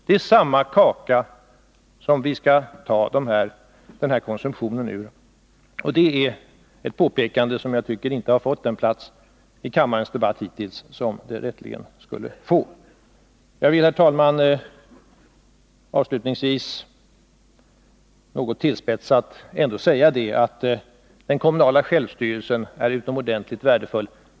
Det är nämligen samma kaka som vi skall ta denna konsumtion från. Detta är ett påpekande som enligt min mening hittills inte har fått den plats i kammarens debatt som det rätteligen borde ha. Jag vill, herr talman, avslutningsvis något tillspetsat säga: Den kommunala självstyrelsen är utomordentligt värdefull.